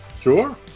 Sure